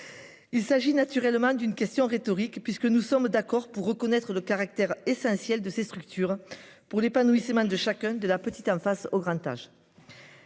Il s'agit naturellement d'une question rhétorique, puisque nous sommes d'accord pour reconnaître le caractère essentiel de ces structures pour l'épanouissement de chacun de la petite en face au grand âge.--